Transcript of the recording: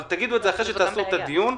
אבל תגידו את זה אחרי שתקיימו את הדיון,